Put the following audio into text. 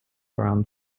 around